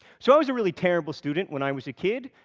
so i was a really terrible student when i was a kid.